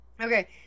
Okay